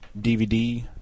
DVD